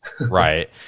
Right